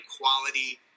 quality